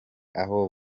aho